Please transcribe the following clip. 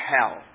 hell